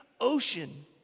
ocean